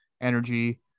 energy